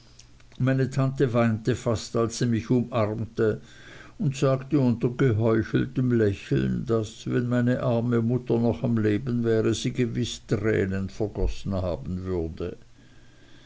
meine tante weinte fast als sie mich umarmte und sagte unter geheucheltem lächeln daß wenn meine arme mutter noch am leben wäre sie gewiß tränen vergossen haben würde